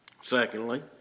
Secondly